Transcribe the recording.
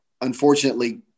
unfortunately